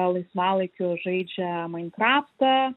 laisvalaikiu žaidžia mainkraftą